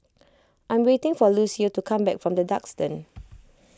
I am waiting for Lucio to come back from the Duxton